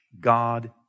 God